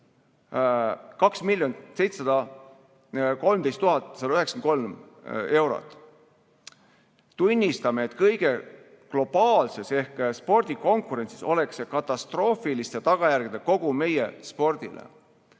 2 713 193 eurot. Tunnistame, et kõige globaalses ehk spordikonkurentsis oleks see katastroofiliste tagajärgedega kogu meie spordile."